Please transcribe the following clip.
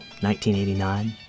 1989